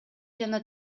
жана